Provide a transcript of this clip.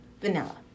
Vanilla